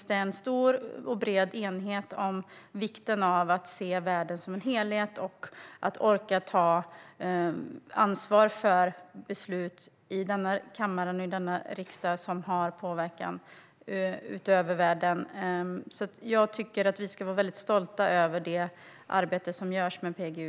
Det finns stor och bred enighet om vikten av att se världen som en helhet och orka ta ansvar för beslut i denna kammare, i denna riksdag, som har inverkan världen över. Jag tycker att vi ska vara stolta över det arbete som görs med PGU.